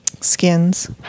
skins